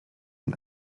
and